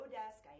desk